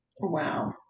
Wow